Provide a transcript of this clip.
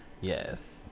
Yes